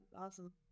awesome